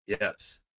Yes